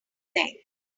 there